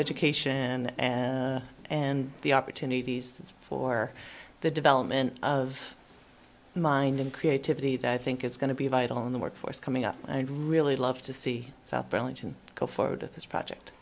education and the opportunities for the development of mind and creativity that i think is going to be vital in the workforce coming up i'd really love to see south burlington go forward with this project